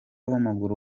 w’amaguru